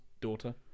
daughter